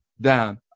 down